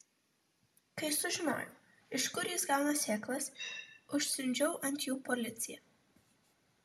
kai sužinojau iš kur jis gauna sėklas užsiundžiau ant jų policiją